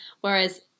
Whereas